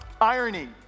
Irony